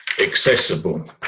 accessible